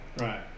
Right